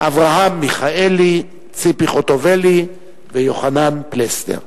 אברהם מיכאלי, ציפי חוטובלי ויוחנן פלסנר.